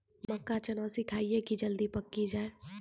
मक्का चना सिखाइए कि जल्दी पक की जय?